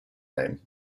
name